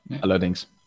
allerdings